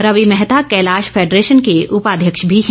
Ravi Mehta Kailash federation के उपाध्यक्ष भी है